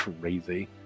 crazy